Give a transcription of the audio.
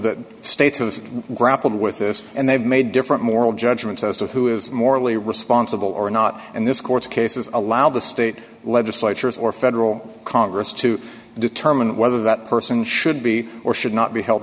that states of grappled with this and they have made different moral judgments as to who is morally responsible or not and this court's cases allow the state legislatures or federal congress to determine whether that person should be or should not be held